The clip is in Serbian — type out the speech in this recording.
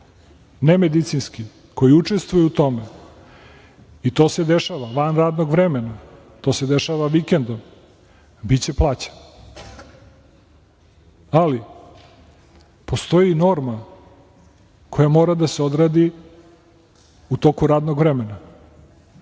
nemedicinski, koji učestvuje u tome i to se dešava van radnog vremena, to se dešava vikendom, biće plaćen. Ali, postoji norma koja mora da se odradi u toku radnog vremena.